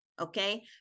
okay